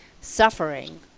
suffering